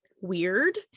weird